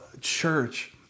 church